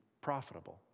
profitable